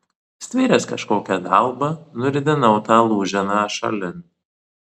stvėręs kažkokią dalbą nuridenau tą lūženą šalin